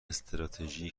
استراتژی